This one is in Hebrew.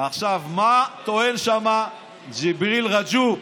מה טוען שם ג'יבריל רג'וב?